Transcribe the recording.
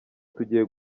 tugiye